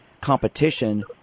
competition